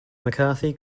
mccarty